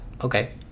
okay